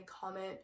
comment